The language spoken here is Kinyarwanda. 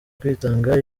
kwitanga